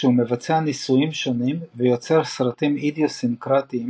כשהוא מבצע ניסויים שונים ויוצר סרטים אידיוסינקרטיים